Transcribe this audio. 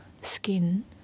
skin